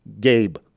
Gabe